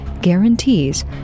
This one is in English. guarantees